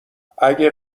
اگه